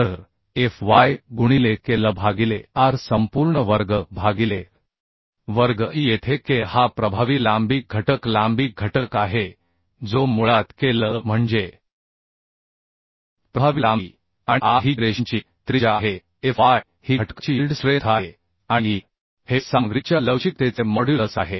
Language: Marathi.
तर F y गुणिले K L भागिले R संपूर्ण वर्ग भागिले π वर्ग e येथे K हा प्रभावी लांबी घटक लांबी घटक आहे जो मुळात K L म्हणजे प्रभावी लांबी आणि R ही जिरेशनची त्रिज्या आहे F y ही घटकाची यील्ड स्ट्रेंथ आहे आणि e हे सामग्रीच्या लवचिकतेचे मॉड्युलस आहे